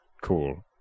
Cool